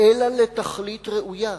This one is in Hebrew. אלא לתכלית ראויה.